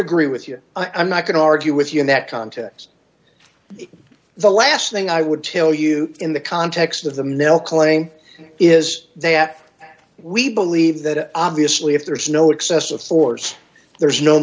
agree with you i'm not going to argue with you in that context the last thing i would tell you in the context of the mill claim is that we believe that obviously if there's no excessive force there's no